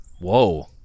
Whoa